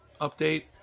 update